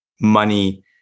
money